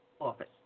office